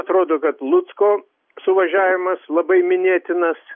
atrodo kad lucko suvažiavimas labai minėtinas